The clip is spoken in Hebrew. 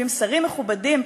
יושבים שרים מכובדים,